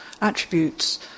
Attributes